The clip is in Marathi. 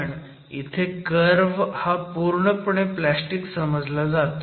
पण इथे कर्व्ह हा पुर्णपणे प्लॅस्टिक समजला जातो